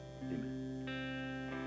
Amen